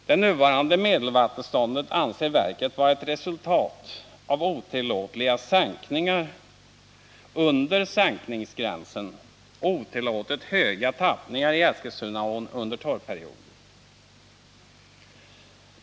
Det nuvarande medelvattenståndet anser verket vara ett resultat av otillåtliga sänkningar under sänkningsgränsen och otillåtet höga tappningar i Eskilstunaån under torrperioder.